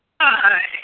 Hi